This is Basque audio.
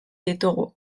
ditugu